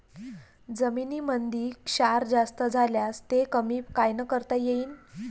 जमीनीमंदी क्षार जास्त झाल्यास ते कमी कायनं करता येईन?